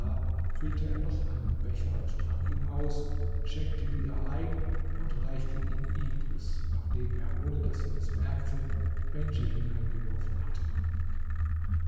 füllte er noch einen becher und trank ihn aus schenkte wieder ein und reicht ihn ibris nachdem er ohne daß sie es merkte bendj hineingeworfen hatte